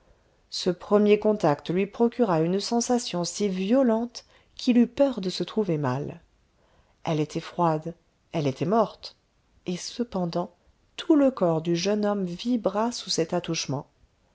ce premier contact lui procura une sensation si violente qu'il eut peur de se trouver mal elle était froide elle était morte et cependant tout le corps du jeune homme vibra sous cet attouchement